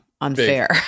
unfair